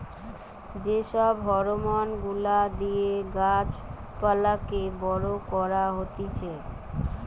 যে সব হরমোন গুলা দিয়ে গাছ পালাকে বড় করা হতিছে